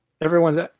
everyone's